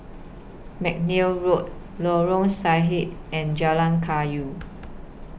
Mcnair Road Lorong Sahad and Jalan Kayu